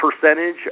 percentage